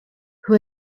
who